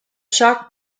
shocked